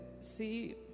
see